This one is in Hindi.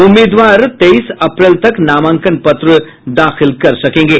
उम्मीदवार तेईस अप्रैल तक नामांकन पत्र दाखिल कर सकेंगे